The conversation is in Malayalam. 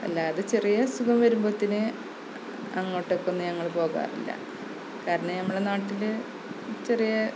അല്ലാതെ ചെറിയ അസുഖം വരുമ്പോഴത്തേന് അങ്ങോട്ടെക്കൊന്നും ഞങ്ങള് പോകാറില്ല കാരണം നമ്മളെ നാട്ടില് ചെറിയ